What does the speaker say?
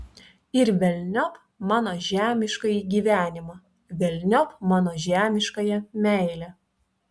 ir velniop mano žemiškąjį gyvenimą velniop mano žemiškąją meilę